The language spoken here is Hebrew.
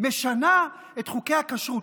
משנה את חוקי הכשרות.